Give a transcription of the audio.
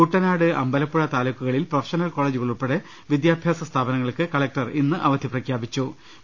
കുട്ടനാട് അമ്പലപ്പുഴ താലൂക്കു കളിൽ പ്രൊഫഷണൽ കോളജുകൾ ഉൾപ്പടെ വിദ്യാഭ്യാസ സ്ഥാപ നങ്ങൾക്ക് കലക്ടർ ഇന്ന് അവധി പ്രഖ്യാപിച്ചിട്ടുണ്ട്